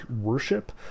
worship